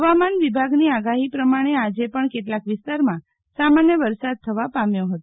હવામાન વિભાગની આગાફી પ્રમાણે આજે પણ કેટલાક વિસ્તારમાં સામાન્ય વરસાદ થવા પામ્યો હતો